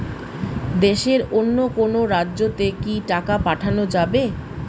দেশের অন্য কোনো রাজ্য তে কি টাকা পাঠা যাবে?